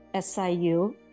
SIU